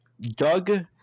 Doug